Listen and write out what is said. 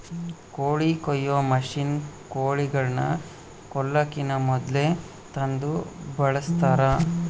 ಕೋಳಿ ಕೊಯ್ಯೊ ಮಷಿನ್ನ ಕೋಳಿಗಳನ್ನ ಕೊಲ್ಲಕಿನ ಮೊದ್ಲೇ ತಂದು ಬಳಸ್ತಾರ